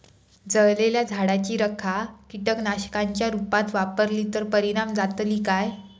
जळालेल्या झाडाची रखा कीटकनाशकांच्या रुपात वापरली तर परिणाम जातली काय?